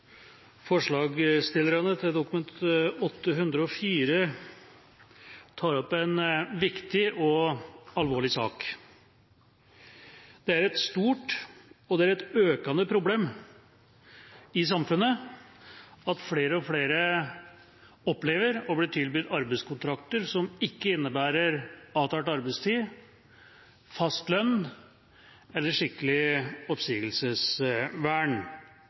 Forslagsstillerne til Dokument 8:104 S for 2014–2015 tar opp en viktig og alvorlig sak. Det er et stort og økende problem i samfunnet at flere og flere opplever å bli tilbudt arbeidskontrakter som ikke innebærer avtalt arbeidstid, fast lønn eller skikkelig oppsigelsesvern.